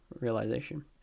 realization